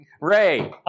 Ray